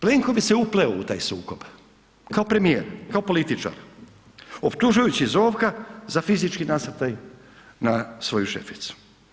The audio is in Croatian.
Plenković se upleo u taj sukob, kao premijer, kao političar optužujući Zovka za fizički nasrtaj na svoju šeficu.